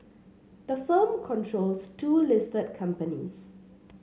the firm controls two listed companies